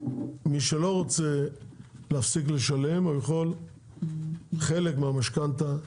מי שלא רוצה להפסיק לשלם הוא יכול חלק במשכנתה,